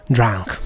Drunk